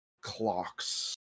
clocks